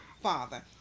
father